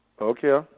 Okay